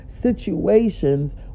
situations